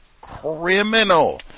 criminal